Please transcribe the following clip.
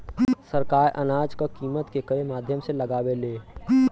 सरकार अनाज क कीमत केकरे माध्यम से लगावे ले?